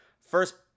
first